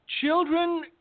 children